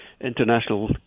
international